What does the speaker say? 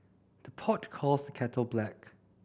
the pot calls the kettle black